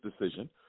decision